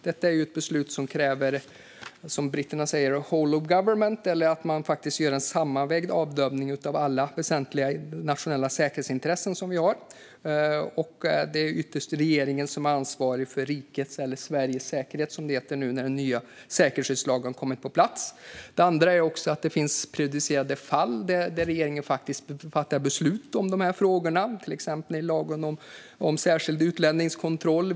Detta är ett beslut som kräver, som britterna säger, a whole-of-government approach, det vill säga en sammanvägd bedömning av alla väsentliga nationella säkerhetsintressen, och det är ytterst regeringen som är ansvarig för rikets säkerhet, eller Sveriges säkerhet som det heter nu när den nya säkerhetsskyddslagen kommit på plats. Det andra skälet är att det finns prejudicerande fall där regeringen faktiskt fattar beslut i frågorna, till exempel i lagen om särskild utlänningskontroll.